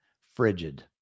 frigid